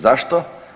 Zašto?